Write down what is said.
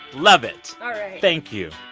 love it all right thank you